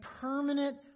permanent